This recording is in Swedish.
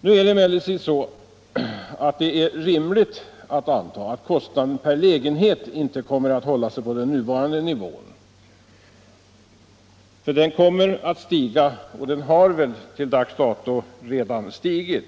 Det är rimligt att anta att kostnaden per lägenhet inte kommer att hålla sig på den nuvarande nivån. Den kommer att stiga, och har väl till dags dato redan stigit.